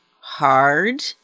hard